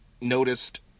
noticed